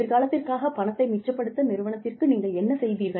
எதிர்காலத்திற்காக பணத்தை மிச்சப்படுத்த நிறுவனத்திற்கு நீங்கள் என்ன செய்தீர்கள்